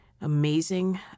amazing